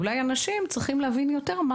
אנשים צריכים להבין יותר מה